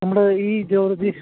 നമ്മൾ ഈ ജോലി